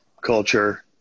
culture